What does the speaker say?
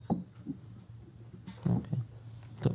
טוב,